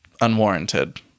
unwarranted